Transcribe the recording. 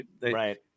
Right